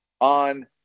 on